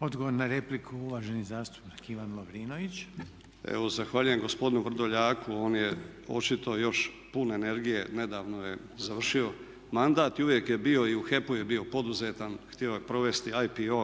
Odgovor na repliku uvaženi zastupnik Ivan Lovrinović. **Lovrinović, Ivan (MOST)** Evo zahvaljujem gospodinu Vrdoljaku, on je očito još pun energije, nedavno je završio mandata i uvijek je bio i u HEP-u je bio poduzetan, htio je provesti IPO